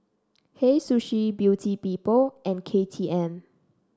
Hei Sushi Beauty People and K T M